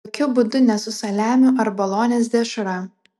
jokiu būdu ne su saliamiu ar bolonės dešra